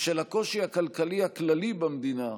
בשל הקושי הכלכלי הכללי במדינה,